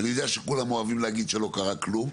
ואני יודע שכולם אוהבים להגיד שלא קרה כלום,